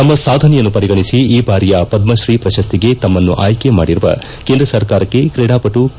ತಮ್ನ ಸಾಧನೆಯನ್ನು ಪರಿಗಣಿಸಿ ಈ ಬಾರಿಯ ಪದ್ರತ್ರೀ ಪ್ರಶಸ್ತಿಗೆ ತಮ್ನನ್ನು ಆಯ್ಲಿ ಮಾಡಿರುವ ಕೇಂದ್ರ ಸರ್ಕಾರಕ್ಕೆ ತ್ರೀಡಾಪಟು ಕೆ